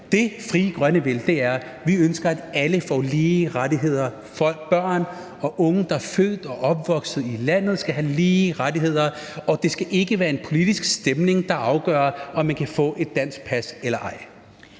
Det, Frie Grønne vil og ønsker, er, at alle får lige rettigheder, at børn og unge, der er født og opvokset i landet, skal have lige rettigheder, og at det ikke skal være en politisk stemning, der afgør, om man kan få et dansk pas eller ej.